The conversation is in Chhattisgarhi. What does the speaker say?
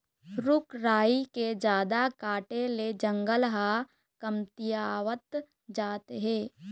रूख राई के जादा काटे ले जंगल ह कमतियावत जात हे